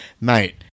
mate